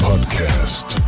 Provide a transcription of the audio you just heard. podcast